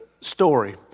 story